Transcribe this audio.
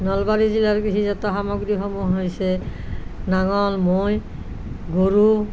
নলবাৰী জিলাৰ কৃষিজাত সামগ্ৰীসমূহ হৈছে নাঙল মৈ গৰু